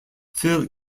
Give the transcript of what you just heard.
phil